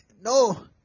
No